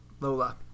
Lola